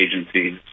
agencies